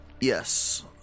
Yes